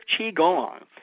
Qigong